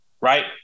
right